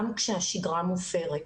גם כאשר השגרה מופרת.